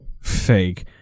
fake